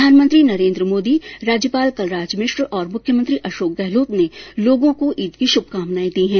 प्रधानमंत्री नरेन्द्र मोदी राज्यपाल कलराज मिश्र और मुख्यमंत्री अशोक गहलोत ने लोगों को ईद की शुभकामनाएं दी है